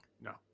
No